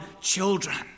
children